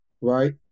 Right